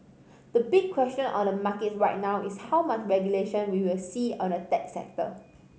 the big question on the markets right now is how much regulation we will see on the tech sector